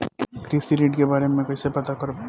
कृषि ऋण के बारे मे कइसे पता करब?